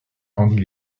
rendit